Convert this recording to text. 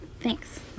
thanks